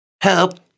Help